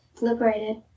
liberated